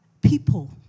people